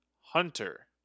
hunter